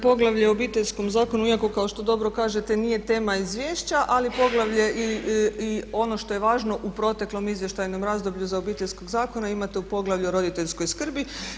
Poglavlje o Obiteljskom zakonu, iako kao što dobro kažete nije tema izvješća ali poglavlje i ono što je važno u proteklom izvještajnom razdoblju iz Obiteljskog zakona imate u poglavlju o roditeljskoj skrbi.